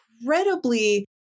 incredibly